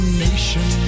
nation